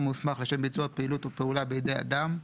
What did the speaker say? מוסמך לשם ביצוע פעילות או פעולה בידי אדם,